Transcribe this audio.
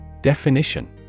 Definition